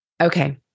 Okay